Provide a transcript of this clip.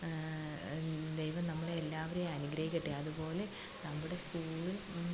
ദൈവം നമ്മളെ എല്ലാവരെയും അനുഗ്രഹിക്കട്ടെ അതുപോലെ നമ്മുടെ സ്കൂള്